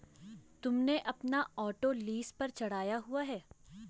तुमने अपना auto lease पर चढ़ाया हुआ है?